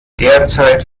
derzeit